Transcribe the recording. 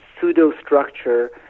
pseudo-structure